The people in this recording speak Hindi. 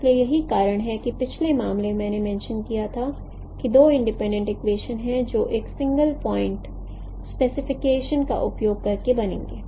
इसलिए यही कारण है कि पिछले मामले में मैंने मेंशं किया है कि दो इंडिपेंडेंट इक्वेशन हैं जो एक सिंगल प्वाइंट स्पेसिफिकेशन का उपयोग करके बनेंगे